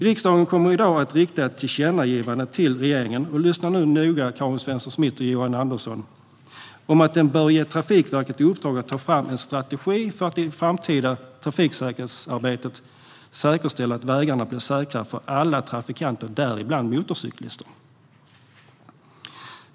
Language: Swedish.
Riksdagen kommer i dag att rikta ett tillkännagivande till regeringen - lyssna nu noga, Karin Svensson Smith och Johan Andersson - att den bör ge Trafikverket i uppdrag att ta fram en strategi för att i det framtida trafiksäkerhetsarbetet säkerställa att vägarna blir säkrare för alla trafikanter, däribland motorcyklister.